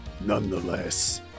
Nonetheless